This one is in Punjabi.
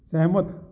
ਸਹਿਮਤ